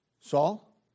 Saul